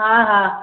हा हा